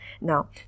Now